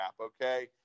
Okay